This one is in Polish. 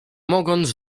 mogąc